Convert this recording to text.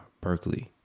Berkeley